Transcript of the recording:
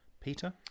Peter